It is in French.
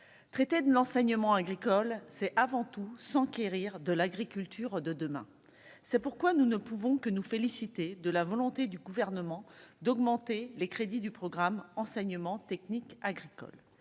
traité de l'enseignement agricole, c'est avant tout s'enquérir de l'agriculture de demain, c'est pourquoi nous ne pouvons que nous féliciter de la volonté du gouvernement d'augmenter les crédits du programme enseignement technique agricole